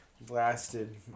Blasted